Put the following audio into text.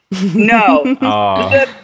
No